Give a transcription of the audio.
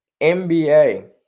nba